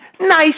nice